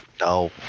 no